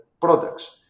products